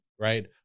Right